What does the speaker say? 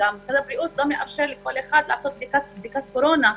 משרד הבריאות לא מאפשר לכל אחד לעשות בדיקת קורונה,